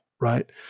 right